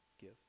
give